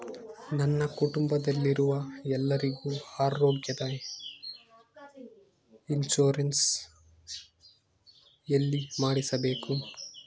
ನನ್ನ ಕುಟುಂಬದಲ್ಲಿರುವ ಎಲ್ಲರಿಗೂ ಆರೋಗ್ಯದ ಇನ್ಶೂರೆನ್ಸ್ ಎಲ್ಲಿ ಮಾಡಿಸಬೇಕು?